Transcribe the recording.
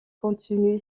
continue